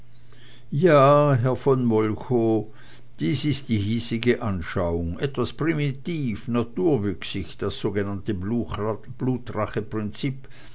ja herr von molchow das ist die hiesige anschauung etwas primitiv naturwüchsig das sogenannte